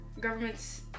government's